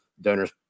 donors